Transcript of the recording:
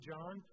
John